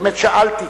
באמת שאלתי.